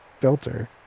filter